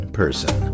person